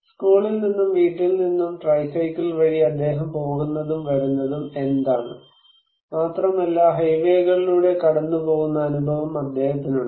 സ്കൂളിൽ നിന്നും വീട്ടിൽ നിന്നും ട്രൈസൈക്കിൾ വഴി അദ്ദേഹം പോകുന്നതും വരുന്നതും എന്താണ് മാത്രമല്ല ഹൈവേകളിലൂടെ കടന്നുപോകുന്ന അനുഭവം അദ്ദേഹത്തിനുണ്ട്